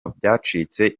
byacitse